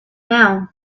now